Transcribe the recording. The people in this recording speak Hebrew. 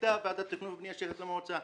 הייתה ועדת תכנון ובנייה של המועצה.